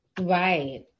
Right